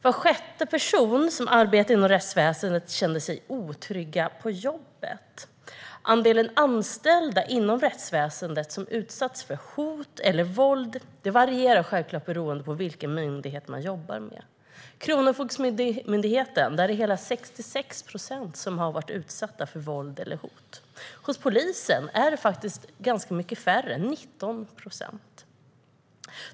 Var sjätte person som arbetar inom rättsväsendet känner sig otrygg på jobbet. Andelen anställda inom rättsväsendet som har utsatts för hot eller våld varierar självklart beroende på vilken myndighet som man jobbar på. På Kronofogdemyndigheten är det hela 66 procent som har varit utsatta för våld eller hot. Hos polisen är det faktiskt ganska mycket färre - 19 procent.